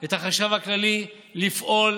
את החשב הכללי לפעול